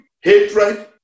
hatred